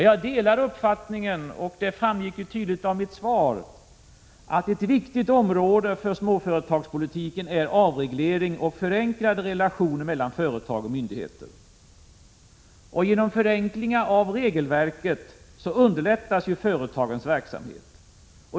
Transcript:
Jag delar uppfattningen — och det framgick ju tydligt av mitt svar — att en viktig sak för småföretagspolitiken är avreglering och förenklade relationer mellan företag och myndigheter. Genom förenklingar av regelverket underlättas företagens verksamhet.